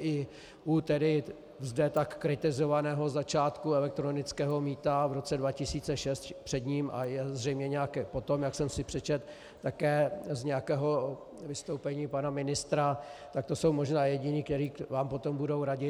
i u tedy zde tak kritizovaného začátku elektronického mýta v roce 2006, před ním a zřejmě nějaké potom, jak jsem si přečetl také z nějakého vystoupení pana ministra, tak to jsou možná jediní, kteří vám potom budou radit.